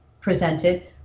presented